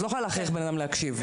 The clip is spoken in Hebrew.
את לא יכולה להכריח בן-אדם להקשיב.